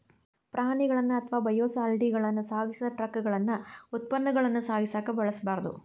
ಪ್ರಾಣಿಗಳನ್ನ ಅಥವಾ ಬಯೋಸಾಲಿಡ್ಗಳನ್ನ ಸಾಗಿಸಿದ ಟ್ರಕಗಳನ್ನ ಉತ್ಪನ್ನಗಳನ್ನ ಸಾಗಿಸಕ ಬಳಸಬಾರ್ದು